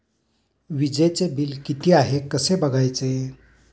वीजचे बिल किती आहे कसे बघायचे?